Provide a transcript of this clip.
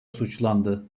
suçlandı